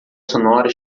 sonora